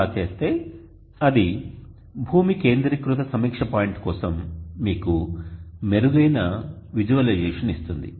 అలా చేస్తే అది భూమి కేంద్రీకృత సమీక్ష పాయింట్ కోసం మీకు మెరుగైన విజువలైజేషన్ ఇస్తుంది